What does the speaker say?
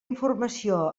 informació